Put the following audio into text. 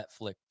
Netflix